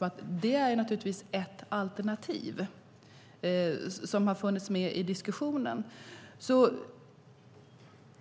att det är ett alternativ. Det har funnits med i diskussionerna.